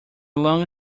long